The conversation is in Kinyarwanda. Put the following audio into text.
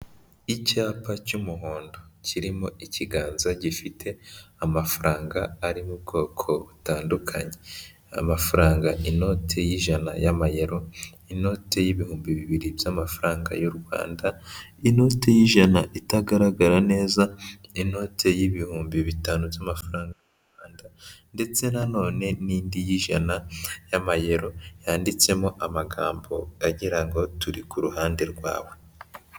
Icyapa cy'umuhondo kirimo ikiganza gifite amafaranga ari mu bwoko butandukanye, amafaranga inote y'ijana y'amayero, inote y'ibihumbi bibiri by'amafaranga y'u Rwanda, inote y'ijana itagaragara neza, inote y'ibihumbi bitanu by'amafaranga Rwanda ndetse na none n'indi y'ijana y'amayero, yanditsemo amagambo agirango turi ku ruhande rwawe.